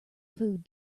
food